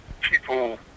people